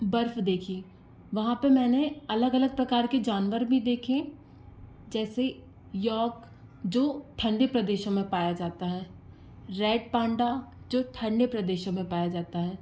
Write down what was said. बर्फ देखी वहाँ पे मैंने अलग अलग प्रकार के जानवर भी देखें जैसे यॉक जो ठंडे प्रदेशों में पाया जाता है रेड पांडा जो ठंडे प्रदेशों में पाया जाता है